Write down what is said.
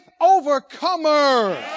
overcomer